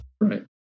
Right